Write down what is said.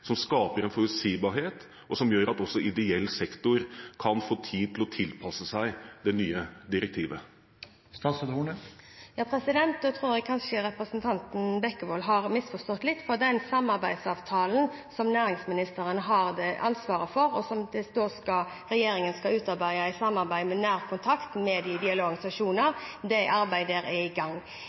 som skaper en forutsigbarhet, og som gjør at også ideell sektor kan få tid til å tilpasse seg det nye direktivet. Jeg tror at representanten Bekkevold kanskje har misforstått litt, for arbeidet med samarbeidsavtalen, som næringsministeren har ansvaret for, og som regjeringen skal utarbeide i nær kontakt med de ideelle organisasjonene, er i gang.